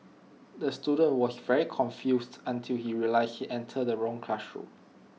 the student was very confused until he realised he entered the wrong classroom